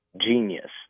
genius